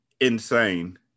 insane